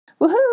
Woohoo